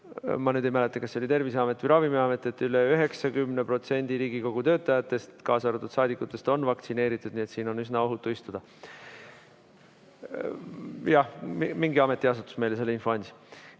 – ma ei mäleta, kas see oli Terviseamet või Ravimiamet –, et üle 90% Riigikogu töötajatest, kaasa arvatud saadikud, on vaktsineeritud, nii et siin on üsna ohutu istuda. Jah, mingi ametiasutus meile selle info